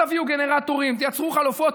תביאו גנרטורים, תייצרו חלופות.